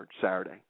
Saturday